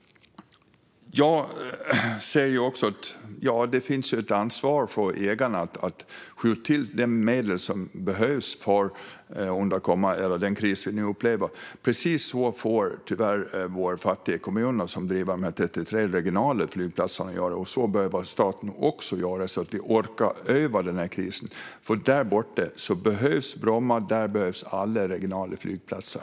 Jag anser också att det finns ett ansvar för ägarna att skjuta till de medel som behövs under den kris vi nu upplever. Precis så får tyvärr våra fattiga kommuner som driver de 33 regionala flygplatserna göra. Så behöver också staten göra så att vi orkar över krisen, för bortom den behövs Bromma och alla andra regionala flygplatser.